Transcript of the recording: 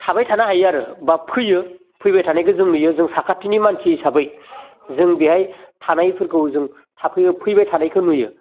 थाबाय थानो हायो आरो बा फैयो फैबाय थानायखौ जों नुयो जों साखाथिनि मानसि हिसाबै जों बेहाय थानायफोरखौ जों थाफैयो फैबाय थानायखौ नुयो